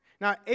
Now